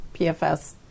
PFS